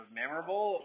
memorable